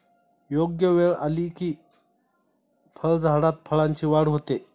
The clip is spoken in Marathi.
योग्य वेळ आली की फळझाडात फळांची वाढ होते